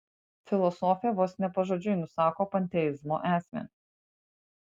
filosofė vos ne pažodžiui nusako panteizmo esmę